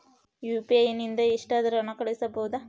UPI ನಿಂದ ಎಷ್ಟಾದರೂ ಹಣ ಕಳಿಸಬಹುದಾ?